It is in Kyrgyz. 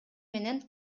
менен